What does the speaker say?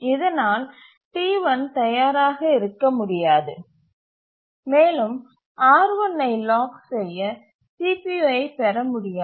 இதனால் T1 தயாராக இருக்க முடியாது மேலும் R1ஐ லாக் செய்ய CPUஐப் பெற முடியாது